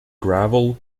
gravel